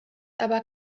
aber